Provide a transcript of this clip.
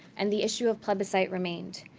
and the issue of plebiscite remained.